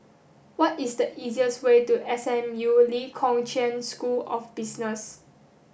what is the easiest way to S M U Lee Kong Chian School of Business